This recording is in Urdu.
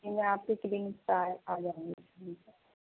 جی میں آپ کی کلینک پر آ جاؤں گی